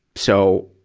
so,